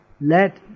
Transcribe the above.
let